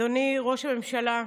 אדוני ראש הממשלה,